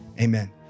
Amen